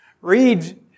Read